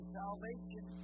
salvation